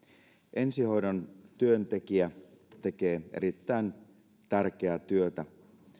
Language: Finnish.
ensihoidon työntekijä tekee erittäin tärkeää työtä